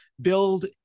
build